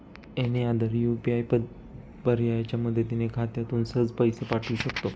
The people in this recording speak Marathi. एनी अदर यु.पी.आय पर्यायाच्या मदतीने खात्यातून सहज पैसे पाठवू शकतो